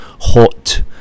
Hot